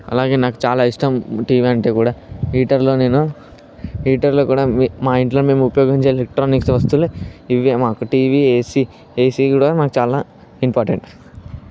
అలాగే నాకు చాలా ఇష్టం టీవీ అంటే కూడా హీటర్లో నేను హీటర్లో కూడా మా ఇంట్లో మేము ఉపయోగించే ఎలక్ట్రానిక్స్ వస్తువులు ఇవే మాకు టీవీ ఏసీ ఏసీ కూడా మాకు చాలా ఇంపార్టెంట్